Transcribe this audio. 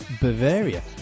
Bavaria